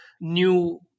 new